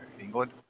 England